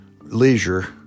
leisure